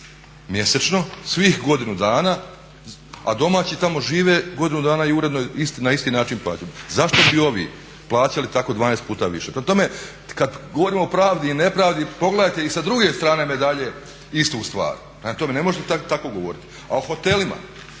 mjesečno, svih godinu dana, a domaći tamo žive godinu dana i na isti način plaćaju. Zašto bi ovi plaćali tako 12 puta više? Prema tome, kad govorimo o pravdi i nepravdi pogledajte i sa druge strane medalje istu stvar. Prema tome, ne možete tako govoriti. A o hotelima